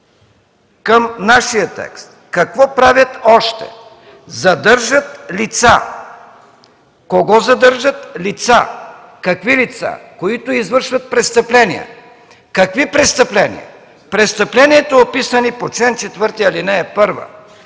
към нашия текст – какво правят още? Задържат лица! Кого задържат? Лица. Какви лица? Които извършват престъпления. Какви престъпления? Престъпленията, описани в чл. 4, ал. 1.